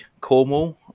Cornwall